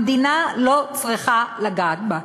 המדינה לא צריכה לגעת בו.